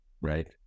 right